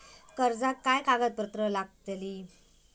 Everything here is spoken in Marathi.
कर्जाक काय कागदपत्र लागतली?